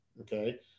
okay